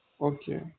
okay